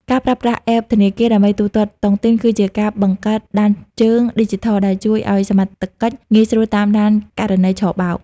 ការប្រើប្រាស់ App ធនាគារដើម្បីទូទាត់តុងទីន គឺជាការបង្កើត "ដានជើងឌីជីថល" ដែលជួយឱ្យសមត្ថកិច្ចងាយស្រួលតាមដានករណីឆបោក។